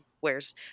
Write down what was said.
wears